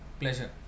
pleasure